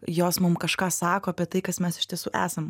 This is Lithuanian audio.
jos mum kažką sako apie tai kas mes iš tiesų esam